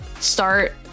start